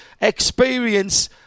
experience